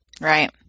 right